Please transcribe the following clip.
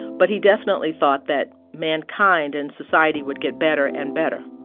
but he definitely thought that mankind and society would get better and better